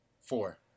Four